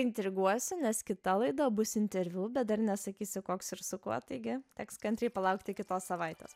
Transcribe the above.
intriguosiu nes kita laida bus interviu bet dar nesakysiu koks ir su kuo taigi teks kantriai palaukti kitos savaitės